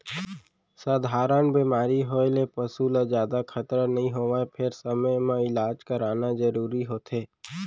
सधारन बेमारी होए ले पसू ल जादा खतरा नइ होवय फेर समे म इलाज कराना जरूरी होथे